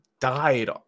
died